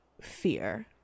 fear